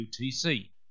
UTC